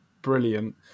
brilliant